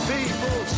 People